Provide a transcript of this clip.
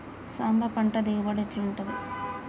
సాంబ పంట దిగుబడి ఎట్లుంటది?